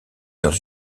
dans